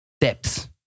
depths